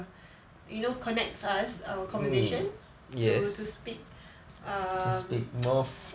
you know connects us our conversation to to speak err